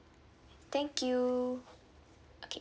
thank you okay